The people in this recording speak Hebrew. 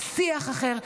שיח אחר,